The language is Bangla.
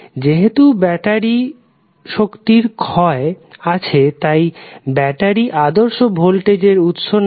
যেহেতু ব্যাটারির শক্তির ক্ষয় আছে তাই ব্যাটারি আদর্শ ভোল্টেজ এর উৎস নয়